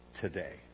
today